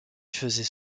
faisais